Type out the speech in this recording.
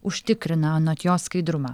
užtikrina anot jo skaidrumą